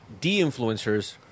de-influencers